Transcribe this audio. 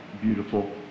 beautiful